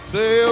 Say